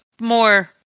more